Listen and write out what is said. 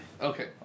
Okay